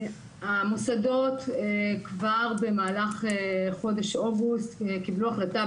המוסדות כבר במהלך חודש אוגוסט קיבלו החלטה,